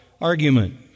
argument